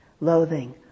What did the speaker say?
loathing